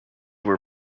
were